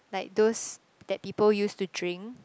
like those that people use to drink